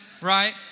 right